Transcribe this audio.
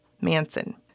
Manson